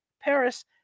Paris